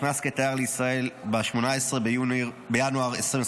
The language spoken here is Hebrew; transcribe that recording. ונכנס כתייר לישראל ב-18 בינואר 2025